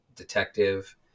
detective